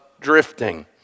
drifting